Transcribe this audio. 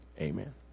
Amen